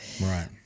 Right